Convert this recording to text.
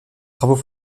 travaux